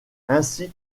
ainsi